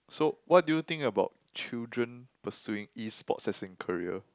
so what do you think about children pursing E-sports as in career